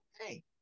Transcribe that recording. hey